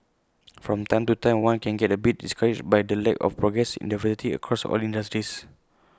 from time to time one can get A bit discouraged by the lack of progress in diversity across all industries